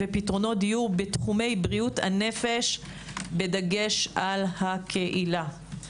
ופתרונות דיור בתחומי בריאות הנפש בדגש על הקהילה.